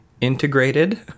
integrated